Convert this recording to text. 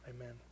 amen